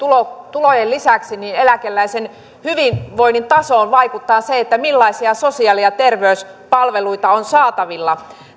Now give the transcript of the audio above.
tulojen lisäksi eläkeläisen hyvinvoinnin tasoon vaikuttaa se millaisia sosiaali ja terveyspalveluita on saatavilla